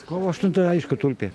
kovo aštuntąją aišku tulpė